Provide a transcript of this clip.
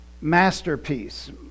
masterpiece